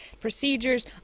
procedures